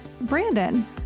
Brandon